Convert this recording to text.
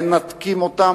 מנתקים אותם,